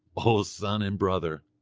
o son and brother.